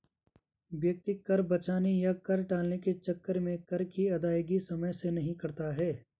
व्यक्ति कर बचाने या कर टालने के चक्कर में कर की अदायगी समय से नहीं करता है